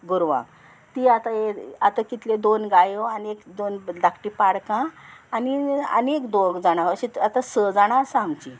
गोरवां ती आतां एक आतां कितल्यो दोन गायो आनी एक दोन धाकटी पाडकां आनी आनी एक दोग जाणां अशीं आतां स जाणां आसा आमचीं